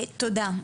תודה.